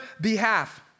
behalf